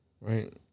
right